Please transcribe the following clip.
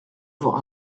voir